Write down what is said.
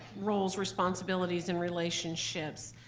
roles, responsibilities, and relationships.